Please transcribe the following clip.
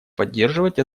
поддерживать